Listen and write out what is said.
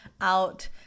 out